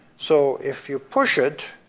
so if you push it,